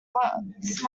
once